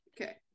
Okay